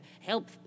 help